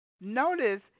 notice